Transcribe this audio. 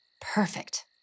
Perfect